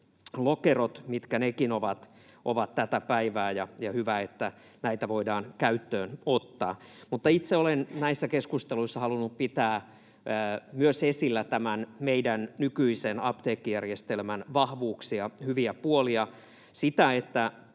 noutolokerot, mitkä nekin ovat tätä päivää. Hyvä, että näitä voidaan käyttöön ottaa. Mutta itse olen näissä keskusteluissa halunnut pitää esillä myös tämän meidän nykyisen apteekkijärjestelmän vahvuuksia, hyviä puolia — sitä, että